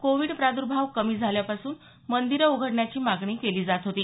Covid प्रादुर्भाव कमी झाल्यापासून मंदीरं उघडण्याची मागणी केली जात होती